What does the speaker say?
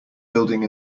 building